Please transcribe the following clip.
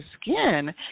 skin